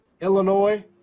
Illinois